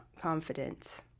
confidence